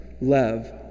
Love